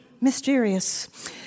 Mysterious